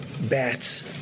bats